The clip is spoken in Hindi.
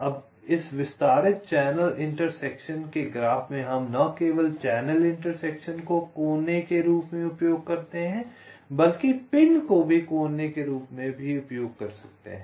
अब इस विस्तारित चैनल इंटरसेक्शन के ग्राफ में हम न केवल चैनल इंटरसेक्शन को कोने के रूप में उपयोग करते हैं बल्कि पिन को भी कोने के रूप में भी उपयोग करते हैं